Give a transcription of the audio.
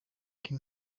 can